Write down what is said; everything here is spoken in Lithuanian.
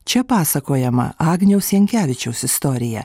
čia pasakojama agniaus jankevičiaus istorija